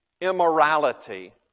immorality